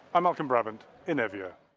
i'm malcolm brabant in evia.